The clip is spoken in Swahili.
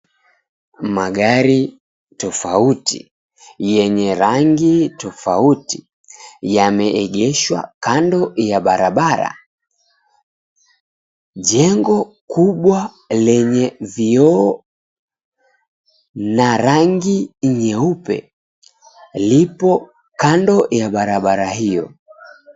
Magari tofauti yenye rangi tofauti yameegeshwa kando ya barabara. Jengo kubwa lenye vioo na rangi nyeupe lipo kando ya barabara hio.